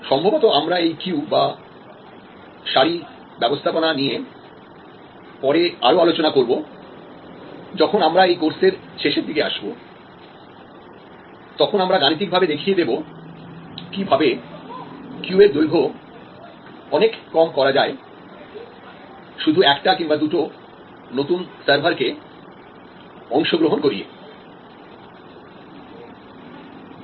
সম্ভবত আমরা এই কিউ ব্যবস্থাপনা নিয়ে পরে আরো আলোচনা করব যখন আমরা এই কোর্সের শেষের দিকে আসবো যখন আমরা গাণিতিকভাবে দেখিয়ে দেবো কি করে কিউ এর দৈর্ঘ্য অনেক কম করা যায় শুধু একটা কিংবা দুটো নতুন সার্ভার কে অংশগ্রহণ করিয়ে